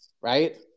right